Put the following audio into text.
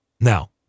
Now